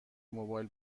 موبایل